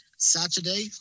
Saturday